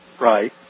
Right